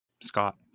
Scott